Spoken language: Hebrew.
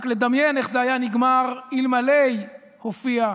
רק לדמיין איך זה היה נגמר אלמלא הופיע,